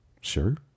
Sure